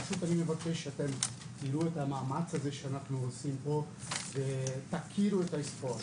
אני מבקש שפשוט תראו את המאמץ שאנחנו עושים פה ותכירו את הספורט.